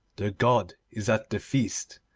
the god is at the feast,